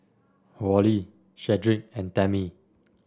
Wally Shedrick and Tammy